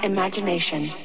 imagination